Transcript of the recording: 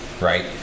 right